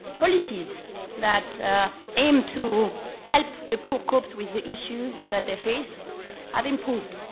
policies that aim to help the poor cope with the issues that they face have improved.